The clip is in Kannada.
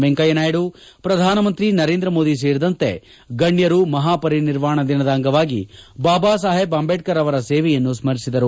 ವೆಂಕಯ್ಲನಾಯ್ತು ಪ್ರಧಾನ ಮಂತ್ರಿ ನರೇಂದ್ರ ಮೋದಿ ಸೇರಿದಂತೆ ಗಣ್ಣರು ಮಹಾಪರಿನಿರ್ವಾಣ ದಿನದ ಅಂಗವಾಗಿ ಬಾಬಾ ಸಾಹೇಬ್ ಅಂಜೇಡ್ತರ್ ಅವರ ಸೇವೆಯನ್ನು ಸ್ನರಿಸಿದರು